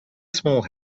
small